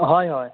हय हय